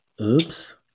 Oops